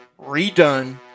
redone